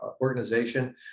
organization